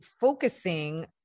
focusing